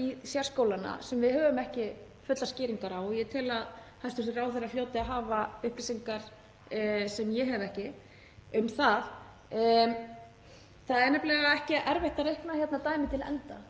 í sérskólana sem við höfum ekki fullar skýringar á og ég tel að hæstv. ráðherra hljóti að hafa upplýsingar sem ég hef ekki um það. Það er nefnilega ekki erfitt að reikna dæmið til enda.